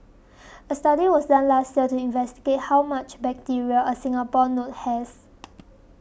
a study was done last year to investigate how much bacteria a Singapore note has